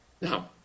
Now